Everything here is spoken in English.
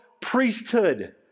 priesthood